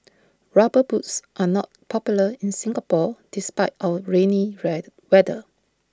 rubber boots are not popular in Singapore despite our rainy red weather